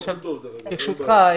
ברשותך,